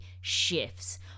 shifts